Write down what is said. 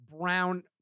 Brown